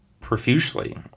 profusely